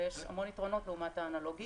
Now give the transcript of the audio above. ויש המון יתרונות לעומת האנלוגי.